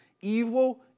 Evil